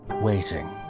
waiting